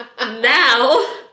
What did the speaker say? Now